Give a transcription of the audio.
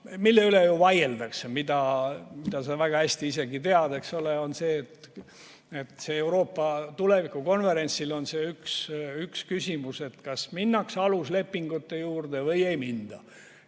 mille üle vaieldakse ja mida sa väga hästi ise ka tead, eks ole, on see, et Euroopa tuleviku konverentsil on üks küsimus, kas minnakse aluslepingute kallale või ei minda.